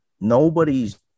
nobody's